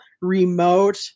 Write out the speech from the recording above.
remote